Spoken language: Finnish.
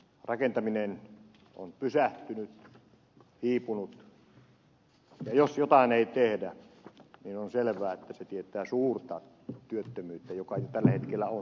rakentaminen on pysähtynyt hiipunut ja jos jotain ei tehdä on selvää että se tietää suurta työttömyyttä joka jo tällä hetkellä on rakennusalalla